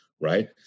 right